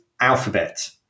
Alphabet